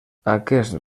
aquest